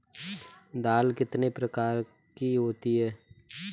दाल कितने प्रकार की होती है?